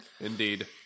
Indeed